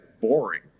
boring